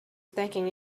taking